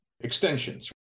extensions